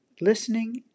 listening